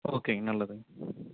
ஓகேங்க நல்லதுங்க